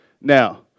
Now